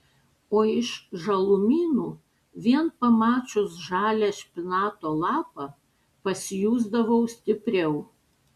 o iš žalumynų vien pamačius žalią špinato lapą pasijusdavau stipriau